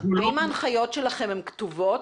האם ההנחיות שלכם כתובות?